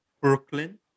Brooklyn